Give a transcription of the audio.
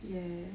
yeah